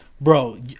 Bro